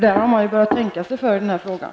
Där har man ju börjat tänka sig för i den här frågan.